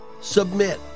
submit